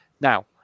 now